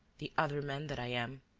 the other man that i am.